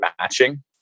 matching